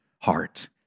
heart